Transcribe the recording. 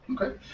Okay